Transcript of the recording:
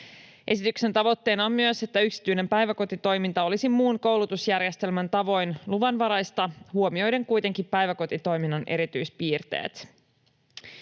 Esityksen tavoitteena on myös, että yksityinen päiväkotitoiminta olisi muun koulutusjärjestelmän tavoin luvanvaraista huomioiden kuitenkin päiväkotitoiminnan erityispiirteet.